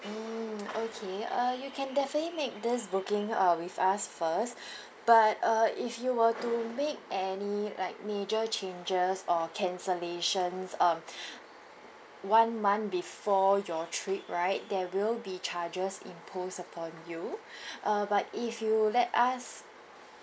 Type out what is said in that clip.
mm okay uh you can definitely make this booking uh with us first but uh if you were to make any like major changes or cancellations um one month before your trip right there will be charges imposed upon you uh but if you let us